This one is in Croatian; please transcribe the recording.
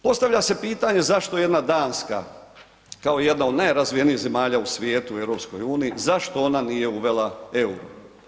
Postavlja se pitanje zašto jedna Danska kao jedna od najrazvijenijih zemalja u svijetu, u EU-u, zašto ona nije uvela euro?